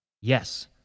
Yes